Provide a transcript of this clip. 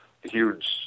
huge